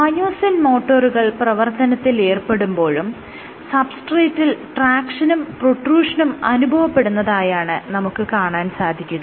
myosin മോട്ടോറുകൾ പ്രവർത്തനത്തിൽ ഏർപ്പെടുമ്പോഴും സബ്സ്ട്രേറ്റിൽ ട്രാക്ഷനും പ്രൊട്രൂഷനും അനുഭവപ്പെടുന്നതായാണ് നമുക്ക് കാണാൻ സാധിക്കുക